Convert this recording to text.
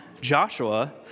Joshua